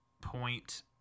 point